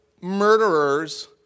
murderers